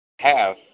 half